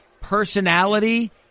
personality